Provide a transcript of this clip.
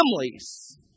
families